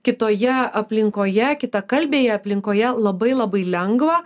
kitoje aplinkoje kitakalbėje aplinkoje labai labai lengva